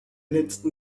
letzten